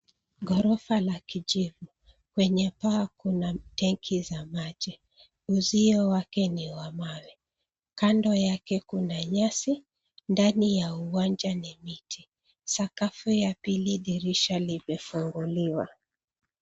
Ghorofa la kijivu. Kwenye paa kuna tanki za maji. Uzio wake ni wa mawe. Kando yake kuna nyasi, ndani ya uwanja ni miti. Sakafu ya pili dirisha limefunguliwa.